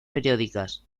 periódicas